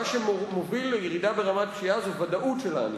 מה שמוביל לירידה ברמת פשיעה זה הוודאות של הענישה.